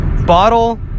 bottle